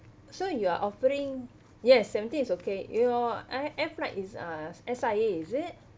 so you are offering yes seventeenth is okay your uh air flight is uh S_I_A is it